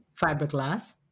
fiberglass